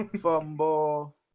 Fumble